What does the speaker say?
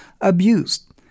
abused